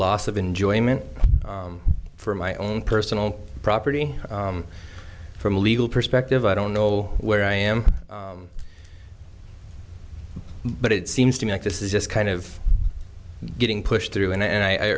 loss of enjoyment from my own personal property from a legal perspective i don't know where i am but it seems to me like this is just kind of getting pushed through and i